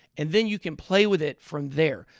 and then you can play with it from there.